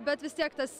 bet vis tiek tas